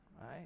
right